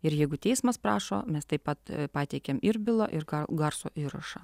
ir jeigu teismas prašo mes taip pat pateikiam ir blą ir garso įrašą